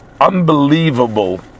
Unbelievable